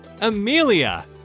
Amelia